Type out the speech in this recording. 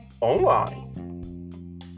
online